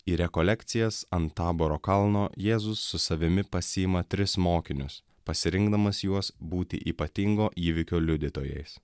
į rekolekcijas ant taboro kalno jėzus su savimi pasiima tris mokinius pasirinkdamas juos būti ypatingo įvykio liudytojais